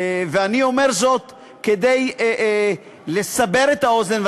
ואני אומר זאת כדי לסבר את האוזן,